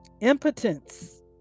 impotence